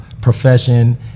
profession